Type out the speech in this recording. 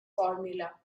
formula